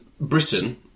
Britain